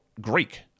Greek